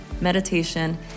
meditation